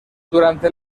durante